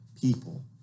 people